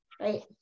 right